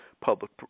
public